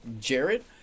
Jared